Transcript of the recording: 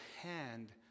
hand